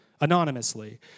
anonymously